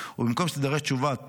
ובמקום שתידרש תשובת